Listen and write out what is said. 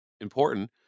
important